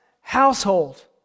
household